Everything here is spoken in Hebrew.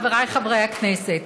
חבריי חברי הכנסת,